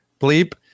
bleep